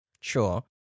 Sure